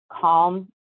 calm